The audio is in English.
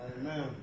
Amen